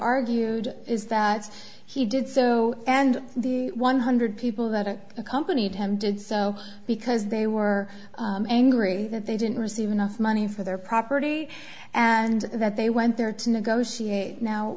argued is that he did so and the one hundred people who accompanied him did so because they were angry that they didn't receive enough money for their property and that they went there to negotiate now